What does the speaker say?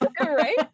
right